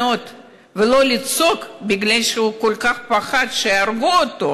לפני מספר ימים הותקף נער בבאר-שבע.